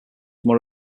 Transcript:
more